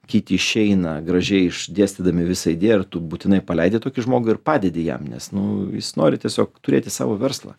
kiti išeina gražiai išdėstydami visą idėją ir tu būtinai paleidi tokį žmogų ir padedi jam nes nu jis nori tiesiog turėti savo verslą